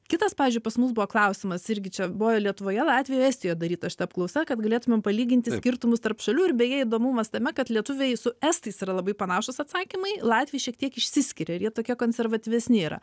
kitas pavyzdžiui pas mus buvo klausimas irgi čia buvo lietuvoje latvijoje estijoje daryta šita apklausa kad galėtumėm palyginti skirtumus tarp šalių ir beje įdomumas tame kad lietuviai su estais yra labai panašūs atsakymai latviai šiek tiek išsiskiria ir jie tokie konservatyvesni yra